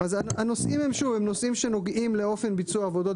הנושאים הם נושאים שנוגעים לאופן ביצוע העבודות